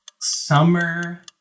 Summer